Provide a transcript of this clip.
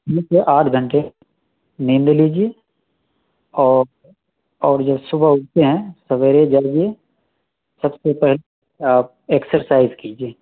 ٹھیک سے آٹھ گھنٹے نیند لے لیجئے اور اور جب صبح اٹھتے ہیں سویرے جاگئے سب سے پہلے آپ ایکسرسائز کیجئے